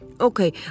Okay